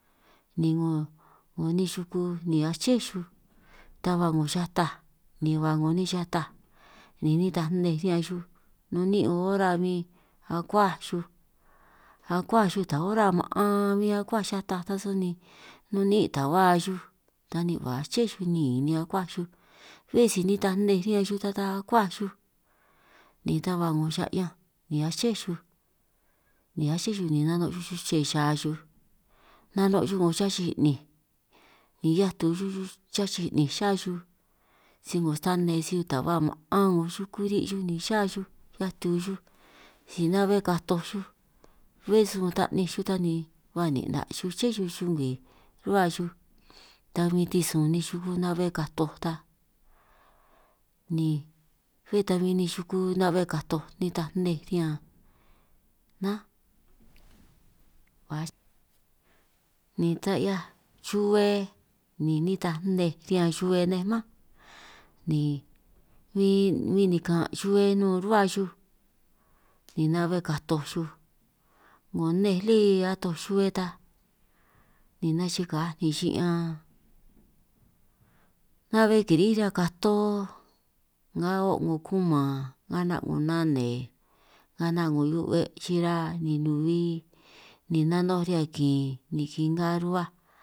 Ni 'ngo 'ngo nej xuku ni aché xuj ta ba 'ngo xataj ba 'ngo nej xata ni nitaj nnej riñan xuj, nun niín' ora huin akuaj xuj akuaj xuj taj ora maan huin akuaj xuj, xataj ta sani nun niín' ta ba xuj sani ba aché xuj niin ni akuaj xuj, bé si nitaj nnej riñan xuj ta ta akuaj ta ba xa'ñanj ni aché xuj ni aché xuj ni nano' xuj xuche xa xuj, nano' xuj 'ngo xachij 'ninj ni 'hiaj tu xuj xachij 'ninj xa xuj, si 'ngo stane si ta ba ma'an 'ngo xuku ri' xuj ni xa xuj 'hia tu xuj ni na'be katoj xuj, bé sun ta 'ninj xuj ta ni ba ni'na' xuj ché xuj xungwii ruhua xuj, ta huin tisisun nej xuku na'be katoj ta ni bé ta huin nej xuku na'be katoj nitaj nnej riñan nán, ni ta 'hiaj xuhue ni nitaj nnej riñan xuhue nej mánj, ni huin huin nikan' xuhue nun ruhua xuj ni na'be katoj chuj 'ngo nnej lí atoj xuhue, ta ni nachi ngaaj ni xi'ñanj na'be nari'ij ñan kato nga o' 'ngo kuman nga 'nan' 'ngo nane, nga 'na' 'ngo hiu'be' chira ni nuhui ni nanoj ñan kin ni kingaj ruhuaj.